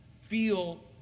feel